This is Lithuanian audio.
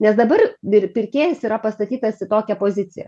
nes dabar ir pirkėjas yra pastatytas į tokią poziciją